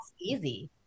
easy